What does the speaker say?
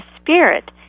spirit